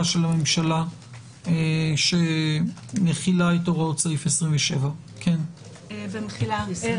של הממשלה שמחילה את הוראות סעיף 27. בבקשה.